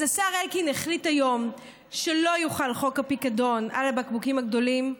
אז השר אלקין החליט היום שלא יוחל חוק הפיקדון על הבקבוקים הגדולים.